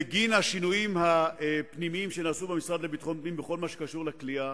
בגין השינויים הפנימיים שנעשו במשרד לביטחון פנים בכל מה שקשור לכליאה,